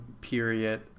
period